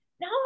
no